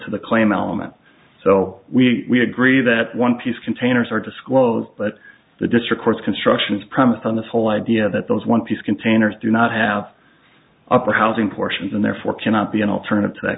to the claim element so we agree that one piece containers are disclosed but the district court's construction promise on this whole idea that those one piece containers do not have upper housing portions and therefore cannot be an alternative so what